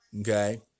Okay